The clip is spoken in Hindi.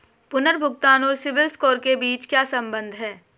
पुनर्भुगतान और सिबिल स्कोर के बीच क्या संबंध है?